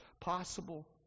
possible